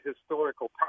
historical